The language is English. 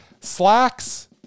Slacks